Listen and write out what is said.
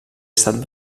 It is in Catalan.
estat